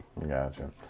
Gotcha